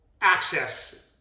access